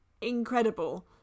incredible